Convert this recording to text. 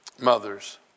Mothers